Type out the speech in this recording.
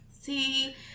See